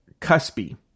cuspy